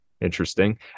Interesting